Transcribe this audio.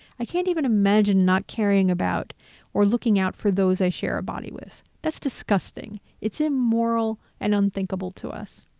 i can't even imagine not caring about or looking out for those i share a body with. that's disgusting. it's immoral and unthinkable to us.